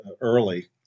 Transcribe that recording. early